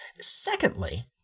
Secondly